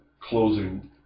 closing